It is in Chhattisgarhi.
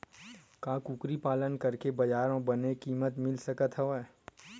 का कुकरी पालन करके बजार म बने किमत मिल सकत हवय?